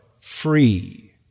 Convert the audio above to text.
free